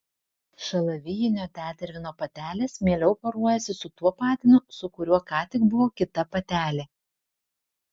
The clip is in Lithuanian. šalavijinio tetervino patelės mieliau poruojasi su tuo patinu su kuriuo ką tik buvo kita patelė